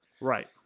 Right